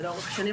זה לאורך שנים,